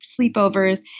sleepovers